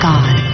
God